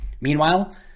Meanwhile